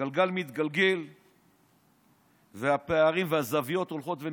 הגלגל מתגלגל והפערים והזוויות הולכים ונפתחים.